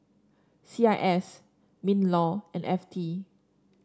C I S Minlaw and F T